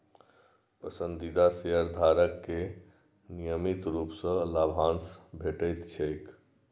पसंदीदा शेयरधारक कें नियमित रूप सं लाभांश भेटैत छैक